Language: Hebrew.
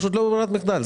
פשוט לא בברירת מחדל.